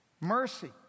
mercy